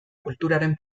kulturaren